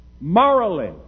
Morally